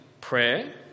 prayer